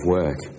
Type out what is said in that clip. work